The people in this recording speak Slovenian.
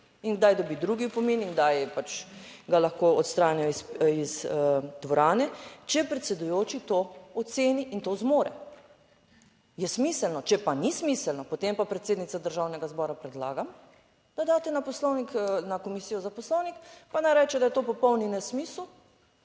in kdaj dobi drugi opomin in kdaj pač ga lahko odstranijo iz dvorane, če predsedujoči to oceni in to zmore. Je smiselno. Če pa ni smiselno, potem pa, predsednica Državnega zbora, predlagam, da daste na Poslovnik, na Komisijo za Poslovnik, pa naj reče, da je to popoln nesmisel